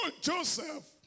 Joseph